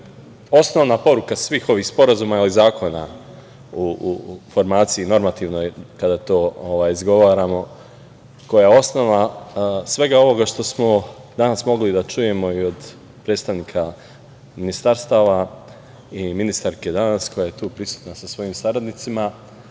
osnovna poruka svih ovih sporazuma ili zakona u formaciji normativnoj kada to izgovaramo, koja je osnova svega ovoga što smo danas mogli da čujemo i od predstavnika ministarstava i ministarke danas koja je tu prisutna sa svojim saradnicima,